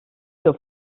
yıl